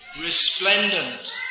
resplendent